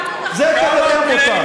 זה כמובן מותר.